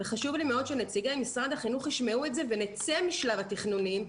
חשוב לי מאוד שנציגי משרד החינוך ישמעו את זה ונצא משלב התכנונים.